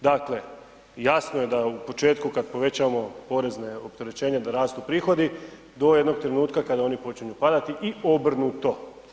Dakle, jasno je da u početku kad povećavamo porezne opterećenje da rastu prihodi, do jednog trenutka kada oni počnu padati i obrnuto.